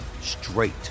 straight